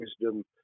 wisdom